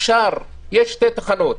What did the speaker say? יש שתי תחנות: